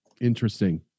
Interesting